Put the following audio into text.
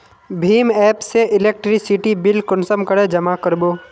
भीम app से electricity bill कुंसम करे जमा कर बो?